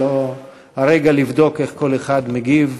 זה לא הרגע לבדוק איך כל אחד מגיב,